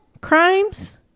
crimes